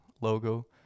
logo